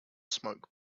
smoke